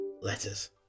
letters